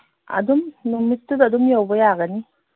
ꯑꯗꯨꯝ ꯅꯨꯃꯤꯠꯇꯨꯗ ꯑꯗꯨꯝ ꯌꯧꯕ ꯌꯥꯒꯅꯤ